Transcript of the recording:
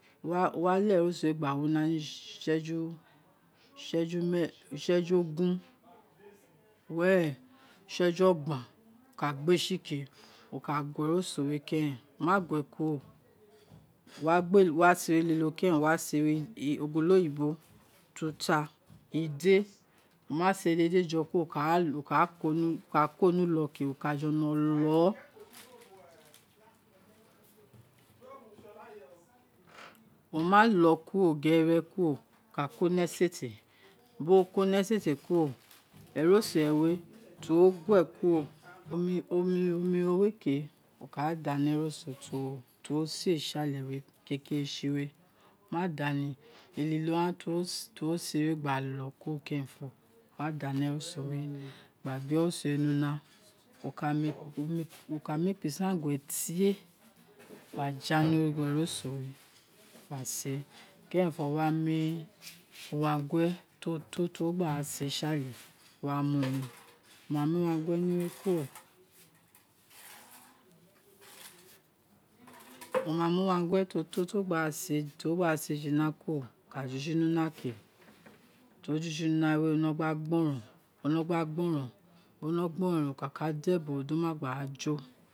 We wa leghe ̱e̱ so we gba la wa sisi useju meeren useju ogun weṟe isogh o̱gban wo ko gbesi se wo ka gue ẹroso we keren wo maghe buro ka gbe wasere elilo seren ka sele, ogolo oyibo ututa, ide we ma sere dede je kuro iso kelo wo ka ko ni ule kejwe kajelo le wo malo kure gere kuro we ka koni esete bi wo̱ ko ni esete kuro eroso rewe tiwo gue kuro o mu ro we kewo ka da ni eroso ti uwo se si ode ke kekere si we wo ma dani, elilo ghan ti ko sérè wa gba lo kuro iwa dani eroso gba gbe eroso wo ni una wo ka mu ekpo isangue tie gba keni oringho eroso we, gba se kerenfo wo wa mu uwangue ti o to tiwa gbāā sē si ate wa mu ni wo ma mu uwan gue wo ma mu uwangue ti o to ti wo gba se jina lauro wo ka jusi ni una keter o wi una we o kpe gboron gba gboron, wo kāā de bo ro di o ma gba jo